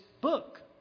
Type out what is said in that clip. book